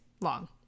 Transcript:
long